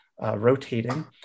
rotating